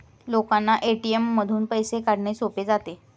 लोकांना ए.टी.एम मधून पैसे काढणे सोपे जाते